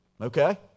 Okay